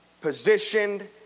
positioned